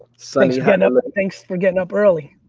thanks kind of thanks for getting up early.